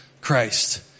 Christ